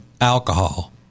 alcohol